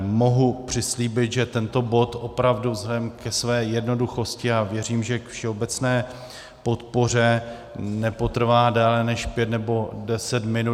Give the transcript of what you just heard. Mohu přislíbit, že tento bod opravdu vzhledem ke své jednoduchosti, a věřím, že k všeobecné podpoře nepotrvá déle než pět nebo deset minut.